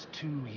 two